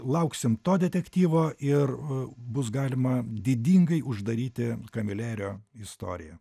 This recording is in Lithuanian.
lauksim to detektyvo ir bus galima didingai uždaryti kamilerio istoriją